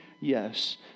Yes